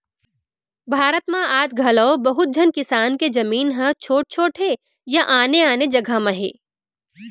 भारत म आज घलौ बहुत झन किसान के जमीन ह छोट छोट हे या आने आने जघा म हे